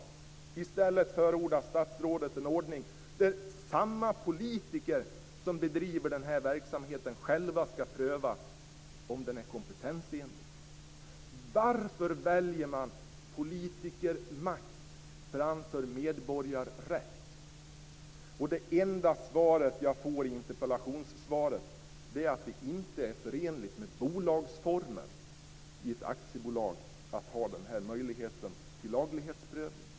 I stället förordar statsrådet en ordning där samma politiker som bedriver denna verksamhet själva skall pröva om den är kompetensenlig. Varför väljer man politikermakt framför medborgarrätt? Det enda svaret jag får i interpellationssvaret är att det inte är förenligt med bolagsformen i ett aktiebolag att ha denna möjlighet till laglighetsprövning.